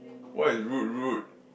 what is rude rude